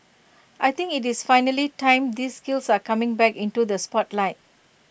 I think IT is finally time these skills are coming back into the spotlight